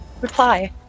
reply